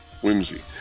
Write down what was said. whimsy